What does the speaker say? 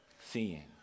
seeing